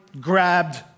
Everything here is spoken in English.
grabbed